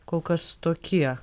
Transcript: kol kas tokie